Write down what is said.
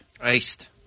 Iced